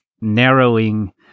narrowing